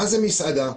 מהי מסעדה?